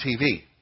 TV